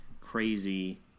crazy